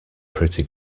pretty